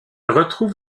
retrouve